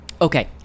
Okay